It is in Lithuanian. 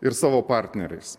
ir savo partneriais